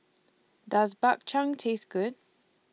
Does Bak Chang Taste Good